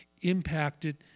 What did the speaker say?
impacted